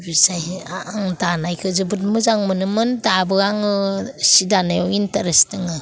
बेबायदिहा आं दानायखौ जोबोद मोजां मोनोमोन दाबो आङो सि दानायाव इन्टारेस्त दङ